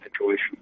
situation